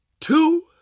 two